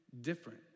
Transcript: different